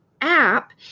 app